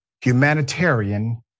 Humanitarian